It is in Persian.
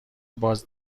باز